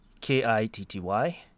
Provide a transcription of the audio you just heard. K-I-T-T-Y